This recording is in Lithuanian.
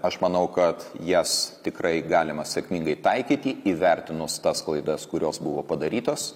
aš manau kad jas tikrai galima sėkmingai taikyti įvertinus tas klaidas kurios buvo padarytos